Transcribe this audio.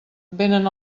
vénen